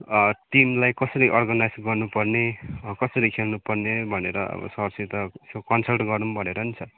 टिमलाई कसरी अर्गनाइज गर्नु पर्ने कसरी खेल्नु पर्ने भनेर अब सरसित यसो कन्सल्ट गरौँ भनेर नि सर